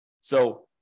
So-